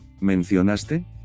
¿Mencionaste